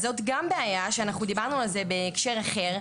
אז זאת גם בעיה שאנחנו דיברנו על זה בהקשר אחר.